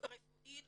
רפואית